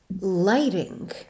lighting